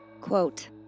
Quote